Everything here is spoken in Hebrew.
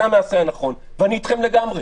זה המעשה הנכון, ואני אתכם לגמרי.